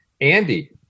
Andy